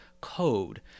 code